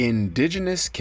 Indigenous